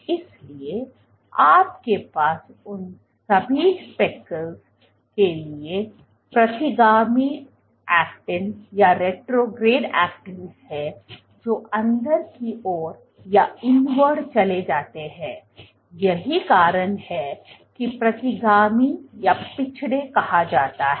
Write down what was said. इसलिए आपके पास उन सभी स्पेकल्स के लिए प्रतिगामी ऐक्टिन है जो अंदर की ओर चले जाते हैं यही कारण है कि प्रतिगामी या पिछड़े कहा जाता है